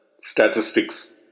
statistics